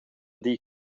dir